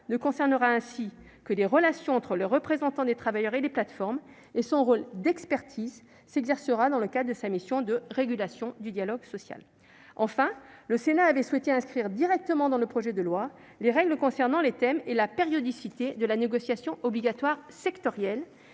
ne concernera ainsi que les relations entre les représentants des travailleurs et les plateformes, et son rôle d'expertise s'exercera dans le cadre de sa mission de régulation du dialogue social. Enfin, le Sénat avait souhaité inscrire directement dans le projet de loi les règles concernant les thèmes et la périodicité de la négociation obligatoire sectorielle.